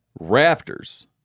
Raptors